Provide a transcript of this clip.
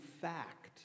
fact